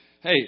Hey